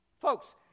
Folks